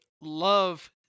love